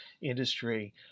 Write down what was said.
industry